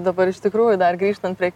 dabar iš tikrųjų dar grįžtan prie